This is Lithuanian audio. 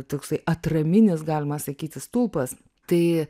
toksai atraminis galima sakyti stulpas tai